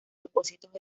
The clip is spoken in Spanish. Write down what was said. propósitos